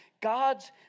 God's